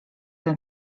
ten